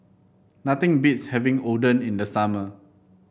nothing beats having Oden in the summer